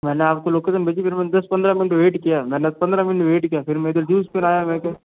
मैंने आपको लोकेशन भेजी फिर मैंने दस पंद्रह मिन्ट वेट किया मैंने पंद्रह मिन्ट वेट किया फिर मैं जूस पीने आया मैं तो